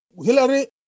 Hillary